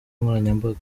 nkoranyambaga